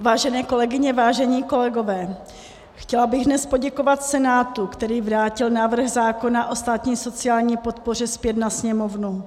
Vážené kolegyně, vážení kolegové, chtěla bych dnes poděkovat Senátu, který vrátil návrh zákona o státní sociální podpoře zpět na Sněmovnu.